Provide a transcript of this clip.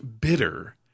bitter